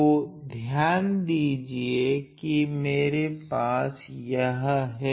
तो ध्यान दीजिए कि मेरे पास यह हैं